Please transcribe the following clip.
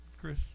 Chris